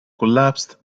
collapsed